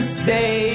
say